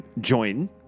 join